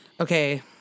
okay